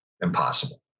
impossible